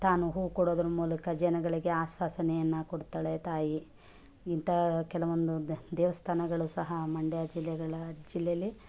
ತಾನು ಹೂ ಕೊಡೋದ್ರ ಮೂಲಕ ಜನಗಳಿಗೆ ಆಶ್ವಾಸನೆಯನ್ನು ಕೊಡ್ತಾಳೆ ತಾಯಿ ಇಂಥ ಕೆಲವೊಂದು ದೇವಸ್ಥಾನಗಳು ಸಹ ಮಂಡ್ಯ ಜಿಲ್ಲೆಗಳ ಜಿಲ್ಲೆಯಲ್ಲಿ